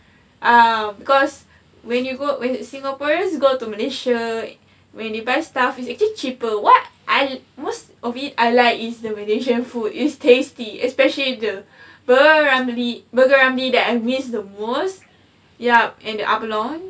um because when you go when singaporeans go to malaysia where they buy stuff it's actually cheaper [what] I most of it I like is the malaysia food it's tasty especially the burger ramly burger ramly that I miss the most yup and the abalone